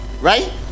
Right